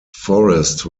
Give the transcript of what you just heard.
forest